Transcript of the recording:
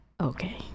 Okay